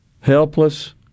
Helpless